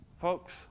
Folks